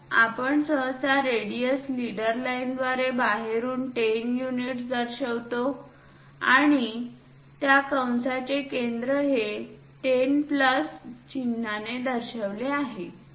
तर आपण सहसा रेडियस लीडर लाइनद्वारे बाहेरून 10 युनिट दर्शवितो आणि त्या कंसचे केंद्र हे 10 प्लस चिन्हाने दर्शविलेले आहे